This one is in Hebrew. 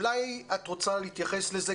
אולי את רוצה להתייחס לזה?